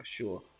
sure